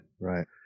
right